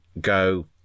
go